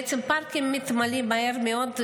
בעצם הפארקים מתמלאים מהר מאוד,